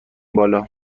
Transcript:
بالا